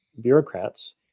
bureaucrats